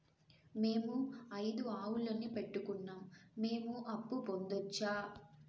మేము ఐదు ఆవులని పెట్టుకున్నాం, మేము అప్పు పొందొచ్చా